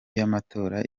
y’amatora